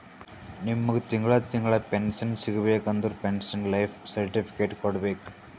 ನಿಮ್ಮಗ್ ತಿಂಗಳಾ ತಿಂಗಳಾ ಪೆನ್ಶನ್ ಸಿಗಬೇಕ ಅಂದುರ್ ಪೆನ್ಶನ್ ಲೈಫ್ ಸರ್ಟಿಫಿಕೇಟ್ ಕೊಡ್ಬೇಕ್